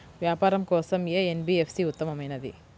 వ్యాపారం కోసం ఏ ఎన్.బీ.ఎఫ్.సి ఉత్తమమైనది?